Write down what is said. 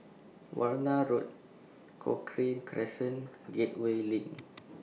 Warna Road Cochrane Crescent and Gateway LINK